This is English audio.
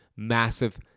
massive